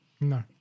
No